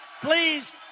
please